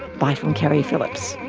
bye from keri phillips